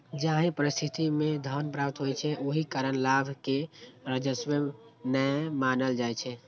जाहि परिस्थिति मे धन प्राप्त होइ छै, ओहि कारण लाभ कें राजस्व नै मानल जाइ छै